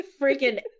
freaking